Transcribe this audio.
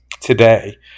today